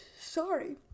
sorry